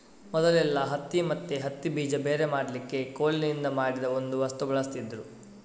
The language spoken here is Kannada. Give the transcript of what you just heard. ಮೊದಲೆಲ್ಲಾ ಹತ್ತಿ ಮತ್ತೆ ಹತ್ತಿ ಬೀಜ ಬೇರೆ ಮಾಡ್ಲಿಕ್ಕೆ ಕೋಲಿನಿಂದ ಮಾಡಿದ ಒಂದು ವಸ್ತು ಬಳಸ್ತಿದ್ರು